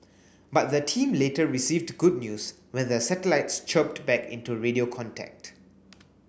but the team later received good news when the satellites chirped back into radio contact